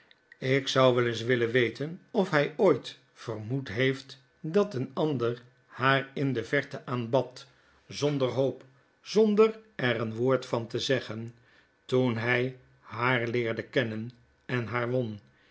jk zou wel eens willen weten of hy ooit vermoed heeft dat een ander haar in de verte aanbad zonder hoop zonder er een woord van te zeggen toen hy haar leerde kennen en haar won